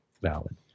valid